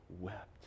wept